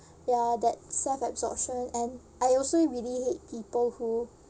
ya that self-absorption and I also really hate people who